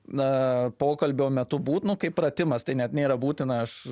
na pokalbio metu būt nu kaip pratimas tai net nėra būtina aš